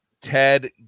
Ted